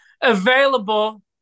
available